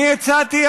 אני הצעתי,